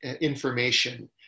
information